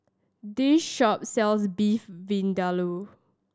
this shop sells Beef Vindaloo